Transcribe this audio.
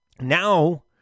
Now